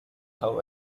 how